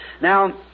Now